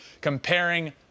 comparing